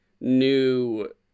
new